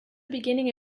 beginning